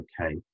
okay